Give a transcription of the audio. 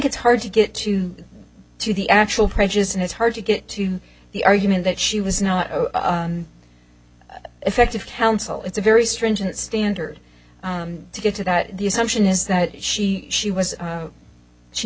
it's hard to get you to the actual prejudice and it's hard to get to the argument that she was not effective counsel it's a very stringent standard to get to that the assumption is that she she was